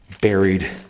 buried